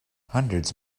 hundreds